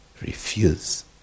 refuse